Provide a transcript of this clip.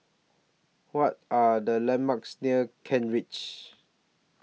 What Are The landmarks near Kent Ridge